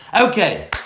Okay